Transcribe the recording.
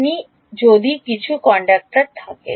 আপনার যদি কিছু কন্ডাক্টর থাকে